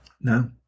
No